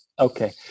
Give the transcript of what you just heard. Okay